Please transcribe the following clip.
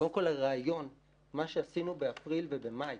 קודם כול הרעיון מה שעשינו באפריל ובמאי,